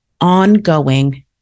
ongoing